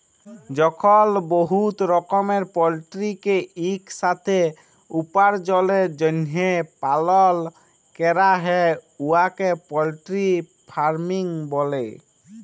যখল বহুত রকমের পলটিরিকে ইকসাথে উপার্জলের জ্যনহে পালল ক্যরা হ্যয় উয়াকে পলটিরি ফার্মিং ব্যলে